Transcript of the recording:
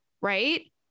right